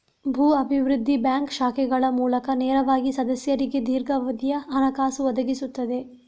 ಭೂ ಅಭಿವೃದ್ಧಿ ಬ್ಯಾಂಕ್ ಶಾಖೆಗಳ ಮೂಲಕ ನೇರವಾಗಿ ಸದಸ್ಯರಿಗೆ ದೀರ್ಘಾವಧಿಯ ಹಣಕಾಸು ಒದಗಿಸುತ್ತದೆ